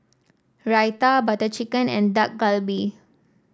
Raita Butter Chicken and Dak Galbi